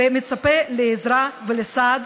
ומצפה לעזרה ולסעד.